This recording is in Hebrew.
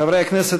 חברי הכנסת,